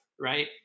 right